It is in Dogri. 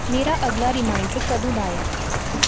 मेरा अगला रिमाइंडर कदूं दा ऐ